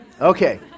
Okay